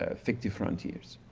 ah fictive frontiers.